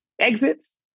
exits